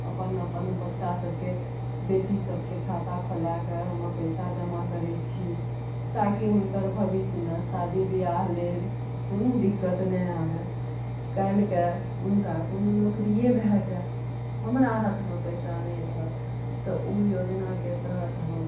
अपन अपन बच्चा सबके बेटी सबके खाता खोला कए ओहिमे पैसा जमा करै छी ताकि हुनकर भबिष्यमे शादी विवाह लेल कोनो दिक्कत नहि आबए काल्हिके हुनका कोनो नौकरिये भए जाएत हमरा हाथमे पैसा नहि रहत तऽ ओ योजनाके तहत हम